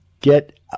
get